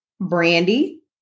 Brandy